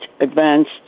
advanced